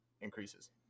increases